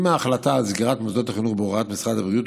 עם ההחלטה על סגירת מוסדות החינוך בהוראת משרד הבריאות,